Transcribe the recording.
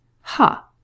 Ha